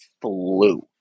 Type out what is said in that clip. flew